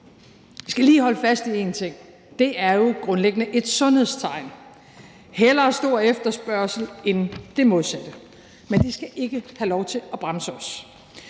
Vi skal lige holde fast i en ting, nemlig at det jo grundlæggende er et sundhedstegn. Hellere stor efterspørgsel end det modsatte. Men det skal ikke have lov til at bremse os.